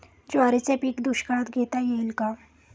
ज्वारीचे पीक दुष्काळात घेता येईल का?